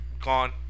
gone